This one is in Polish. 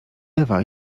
ewa